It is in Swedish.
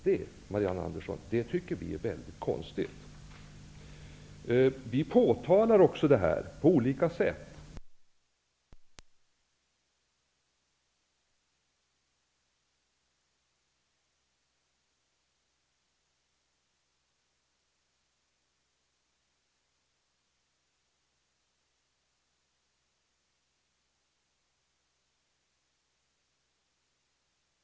Det, Marianne Andersson, tycker vi är väldigt konstigt. Vi har på olika sätt påtalat arbetssättet i samband med hembygdens dag. Det här förfarandet har på något sätt cementerats och överlevt sig självt. Verkligheten har kanske sprungit ifrån arbetsformen. Man skriver tydligen motioner för att få lokal PR. När man har fått det, går man upp i riksdagen, och vad gör man då?